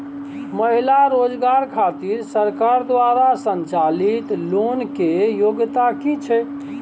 महिला रोजगार खातिर सरकार द्वारा संचालित लोन के योग्यता कि छै?